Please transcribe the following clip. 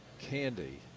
candy